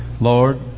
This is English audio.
Lord